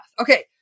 okay